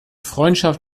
freundschaft